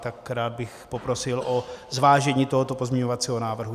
Tak rád bych poprosil o zvážení tohoto pozměňovacího návrhu.